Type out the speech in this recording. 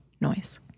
noise